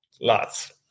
Lots